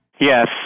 Yes